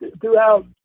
throughout